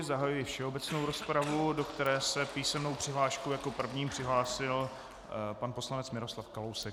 Zahajuji všeobecnou rozpravu, do které se s písemnou přihláškou jako první přihlásil pan poslanec Miroslav Kalousek.